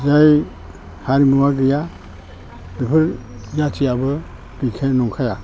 जाय हारिमुआ गैया बेफोर जाथियाबो गैखानाय नंखाया